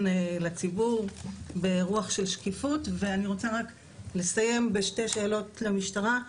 לציבור ברוח של שקיפות ואני רוצה רק לסיים בשתי שאלות למשטרה,